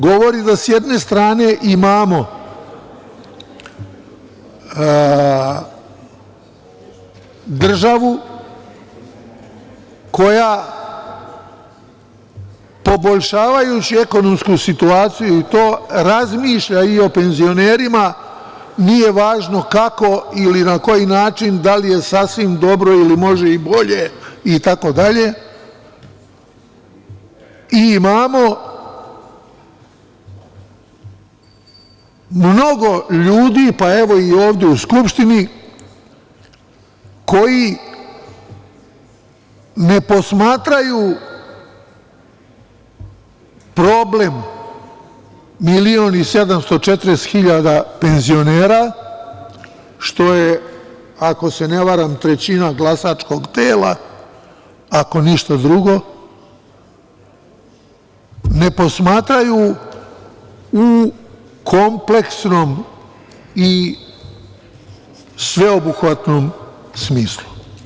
Govori da sa, jedne strane, imamo državu koja poboljšavajući ekonomsku situaciju razmišlja i o penzionerima, nije važno kako i na koji način, da li je sasvim dobro ili može i bolje itd, i imamo mnogo ljudi, pa i ovde u Skupštini, koji ne posmatraju problem milion i 740 hiljada penzionera, što je, ako se ne varam, trećina glasačkog tela, ako ništa drugo, ne posmatraju u kompleksnom ili sveobuhvatnom smislu.